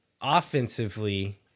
offensively